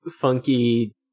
funky